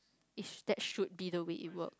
ish that should be way it work